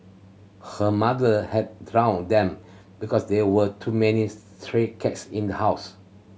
her mother had drowned them because there were too many stray cats in the house